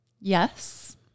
Yes